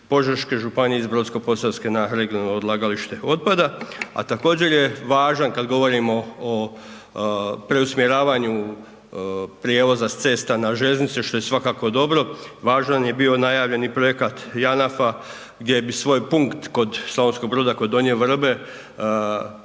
Požeške županija iz Brodsko-posavske na regionalno odlagalište otpada. A također je važan kada govorimo o preusmjeravanju prijevoza s cesta na željeznice što je svakako dobro. Važan je bio najavljeni projekat JANAF-a gdje bi svoj punkt kod Slavonskog Broda kod Donje Vrbe